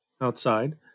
outside